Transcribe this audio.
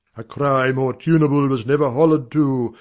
a cry more tuneable was never holla'd to,